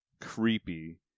creepy